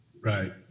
Right